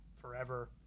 forever